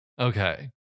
Okay